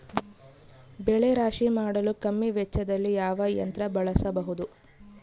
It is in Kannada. ಬೆಳೆ ರಾಶಿ ಮಾಡಲು ಕಮ್ಮಿ ವೆಚ್ಚದಲ್ಲಿ ಯಾವ ಯಂತ್ರ ಬಳಸಬಹುದು?